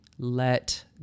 Let